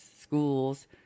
schools